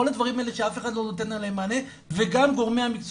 כל הדברים האלה שאף אחד לא נותן עליהם מענה וגם גורמי המקצוע